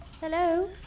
Hello